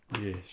Yes